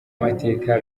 mateka